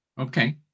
Okay